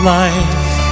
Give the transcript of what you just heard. life